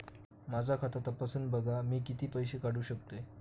माझा खाता तपासून बघा मी किती पैशे काढू शकतय?